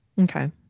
Okay